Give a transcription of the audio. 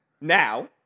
Now